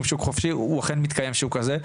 שוק חופשי הוא אכן מתקיים כשוק כזה,